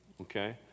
okay